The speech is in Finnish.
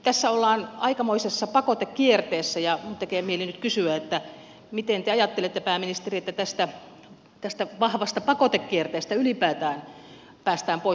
tässä ollaan aikamoisessa pakotekierteessä ja minun tekee mieli nyt kysyä miten te ajattelette pääministeri että tästä vahvasta pakotekierteestä ylipäätään päästään pois